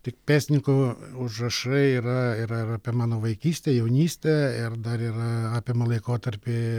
tik pėstininkų užrašai yra ir apie mano vaikystę jaunystę ir dar yra apima laikotarpį